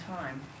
time